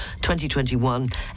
2021